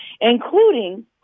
including